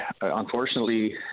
unfortunately